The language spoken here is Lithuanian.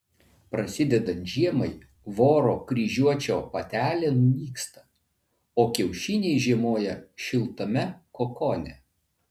prasidedant žiemai voro kryžiuočio patelė nunyksta o kiaušiniai žiemoja šiltame kokone